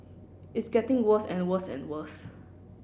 it's getting worse and worse and worse